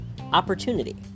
opportunity